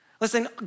Listen